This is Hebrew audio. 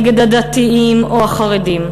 נגד הדתיים או החרדים.